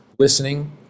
Listening